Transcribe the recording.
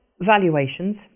valuations